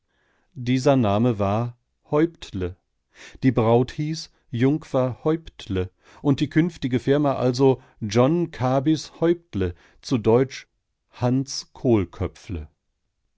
dieser name war häuptle die braut hieß jungfer häuptle und die künftige firma also john kabys häuptle zu deutsch hans